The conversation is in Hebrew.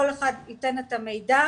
כל אחד ייתן את המידע,